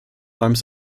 arms